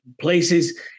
places